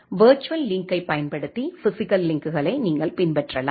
virtual லிங்க்களைப் பயன்படுத்தி physical லிங்க்களை நீங்கள் பின்பற்றலாம்